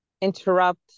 interrupt